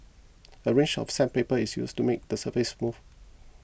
a range of sandpaper is used to make the surface smooth